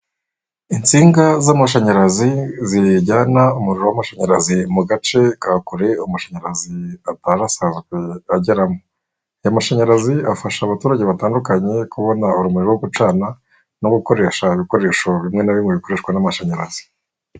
Insinga z'amashanyarazi zijyana umuriro w'amashanyarazi mu gace ka kure amashanyarazi aparasa ageramo, aya mashanyarazi afasha abaturage batandukanye kubona urumuri rwo gucana no gukoresha ibikoresho bimwe na bimwe bikoreshwa n'amashanyarazi.